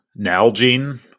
Nalgene